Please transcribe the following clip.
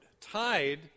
tied